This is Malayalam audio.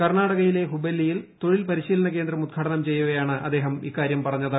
കർണാടകയിലെ ഹുബല്ലിയിൽ തൊഴിൽ പരിശീലന കേന്ദ്രം ഉദ്ഘാടനം ചെയ്യവെയാണ് അദ്ദേഹം ഇക്കാരൃം പറഞ്ഞത്